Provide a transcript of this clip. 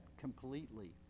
completely